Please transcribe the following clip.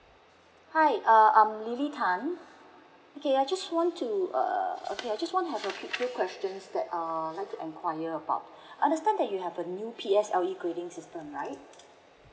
hi um I'm lilly tan okay I just want to uh okay I just want to have a few questions that um I'd like to enquire about I understand that you have a new P_S_L_E grading system right